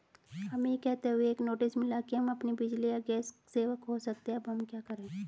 हमें यह कहते हुए एक नोटिस मिला कि हम अपनी बिजली या गैस सेवा खो सकते हैं अब हम क्या करें?